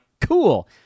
cool